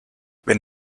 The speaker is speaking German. wenn